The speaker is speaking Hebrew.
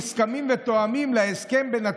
מוסכמים ותואמים להסכם בין הצדדים.